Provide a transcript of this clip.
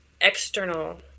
external